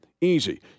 Easy